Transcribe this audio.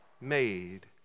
made